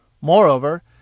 Moreover